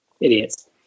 idiots